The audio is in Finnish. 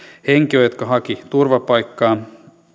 henkilöä jotka hakivat turvapaikkaa